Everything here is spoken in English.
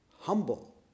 humble